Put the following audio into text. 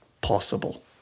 possible